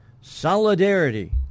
Solidarity